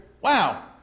wow